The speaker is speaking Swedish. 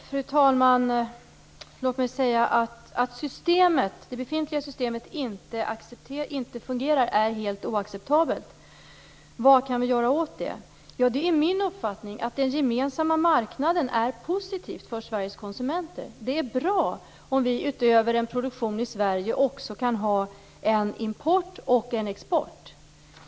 Fru talman! Låt mig säga att det förhållandet att det befintliga systemet inte fungerar är helt oacceptabelt. Vad kan vi göra åt det? Min uppfattning är den att den gemensamma marknaden är positiv för Sveriges konsumenter. Det är bra om vi utöver en produktion i Sverige också kan ha en import och en export.